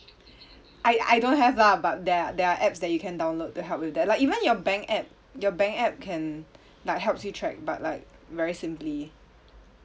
I I don't have lah but there are there are apps that you can download to help you with that like even your bank app your bank app can like helps you track but like very simply